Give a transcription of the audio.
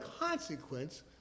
consequence